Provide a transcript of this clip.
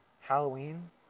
halloween